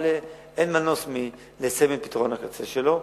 אבל אין מנוס מליישם את פתרון הקצה שלו.